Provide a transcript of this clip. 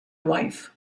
wife